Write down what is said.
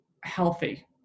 healthy